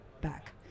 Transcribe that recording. back